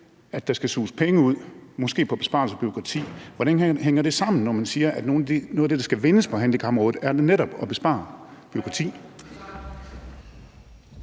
at der skal suges penge ud, måske på besparelser på bureaukrati. Hvordan hænger det sammen, når man siger, at der kan vindes noget på handicapområdet ved netop at spare på bureaukrati?